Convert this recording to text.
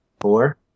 four